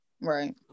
Right